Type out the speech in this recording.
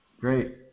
Great